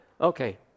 okay